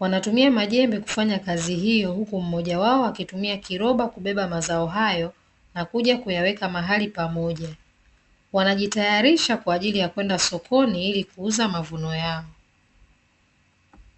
wanatumia majembe kufanya kazi hiyo huku mmoja wao akitumia kiroba kubeba mazao hayo na kuja kuyaweka mahali pamoja.